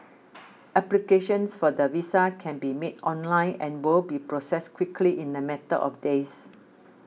applications for the visa can be made online and will be processed quickly in a matter of days